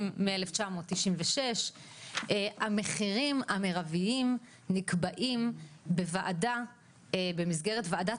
מאז שנת 1996. המחירים המרביים נקבעים בוועדה במסגרת וועדת